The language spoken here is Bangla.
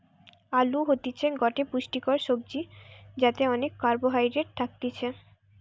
আলু হতিছে গটে পুষ্টিকর সবজি যাতে অনেক কার্বহাইড্রেট থাকতিছে